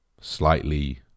Slightly